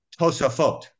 Tosafot